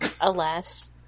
Alas